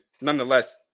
nonetheless